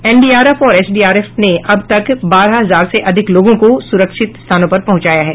NDRF और SDRF ने अब तक बारह हजार से अधिक लोगों को सुरक्षित स्थानों पर पहुंचाया है